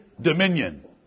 dominion